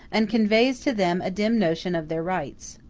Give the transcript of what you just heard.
and conveys to them a dim notion of their rights.